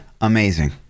amazing